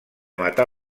matar